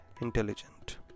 intelligent